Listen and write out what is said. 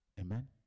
Amen